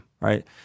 Right